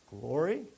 glory